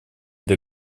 для